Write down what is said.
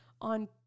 on